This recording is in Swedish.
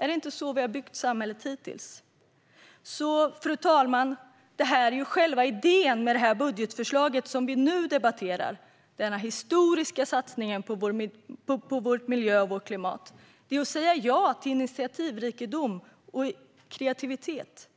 Är det inte så vi har byggt samhället hittills? Så, fru talman, detta är själva idén med det budgetförslag som vi nu debatterar, denna historiska satsning på vår miljö och vårt klimat: att säga ja till initiativrikedom och kreativitet.